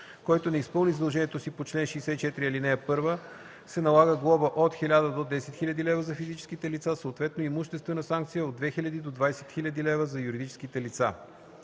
който не изпълни задължението си по чл. 64, ал. 1, се налага глоба от 1000 до 10 000 лв. – за физическите лица, съответно имуществена санкция от 2000 до 20 000 лв. – за юридическите лица.